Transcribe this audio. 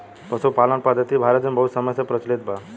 पशुपालन पद्धति भारत मे बहुत समय से प्रचलित बा